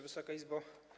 Wysoka Izbo!